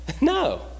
No